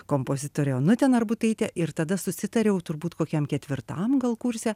kompozitore onute narbutaite ir tada susitariau turbūt kokiam ketvirtam gal kurse